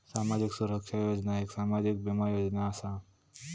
सामाजिक सुरक्षा योजना एक सामाजिक बीमा योजना असा